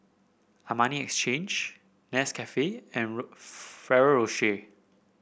Armani Exchange Nescafe and Ferrero Rocher